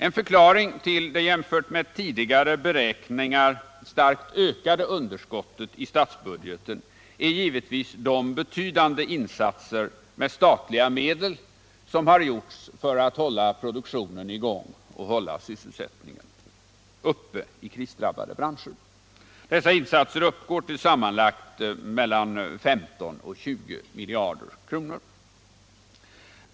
En förklaring ull det jämfört med tidigare beräkningar starkt ökade underskottet i statsbudgeten är givetvis de betydande insatser av statliga medel som har gjorts för att hålla produktionen i gång och sysselsättningen uppe i krisdrabbade branscher. Dessa insatser uppgår till sammanlagt mellan 15 och 20 miljarder kronor.